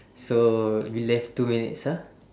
so we left two minutes ah